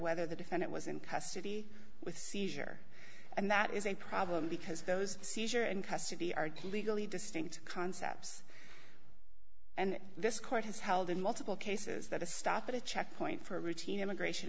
whether the defendant was in custody with seizure and that is a problem because those seizure in custody are legally distinct concepts and this court has held in multiple cases that a stop at a checkpoint for a routine immigration